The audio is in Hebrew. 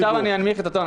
עכשיו אני אנמיך את הטון.